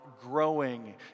growing